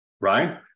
right